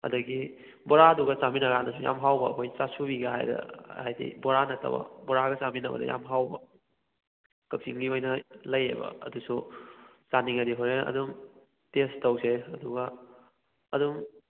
ꯑꯗꯨꯗꯒꯤ ꯕꯣꯔꯥꯗꯨꯒ ꯆꯥꯃꯤꯟꯅꯕ ꯀꯥꯟꯗꯁꯨ ꯌꯥꯝꯅ ꯍꯥꯎꯕ ꯑꯩꯈꯣꯏ ꯆꯥꯁꯨꯕꯤꯒ ꯍꯥꯏꯔ ꯍꯥꯏꯗꯤ ꯕꯣꯔꯥ ꯅꯠꯇꯕ ꯕꯣꯔꯥꯒ ꯆꯥꯃꯤꯟꯅꯕꯗ ꯌꯥꯝ ꯍꯥꯎꯕ ꯀꯛꯆꯤꯡꯒꯤ ꯑꯣꯏꯅ ꯂꯩꯑꯕ ꯑꯗꯨꯁꯨ ꯆꯥꯅꯤꯡꯉꯗꯤ ꯍꯣꯔꯦꯟ ꯑꯗꯨꯝ ꯇꯦꯁ ꯇꯧꯁꯦ ꯑꯗꯨꯒ ꯑꯗꯨꯝ